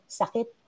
sakit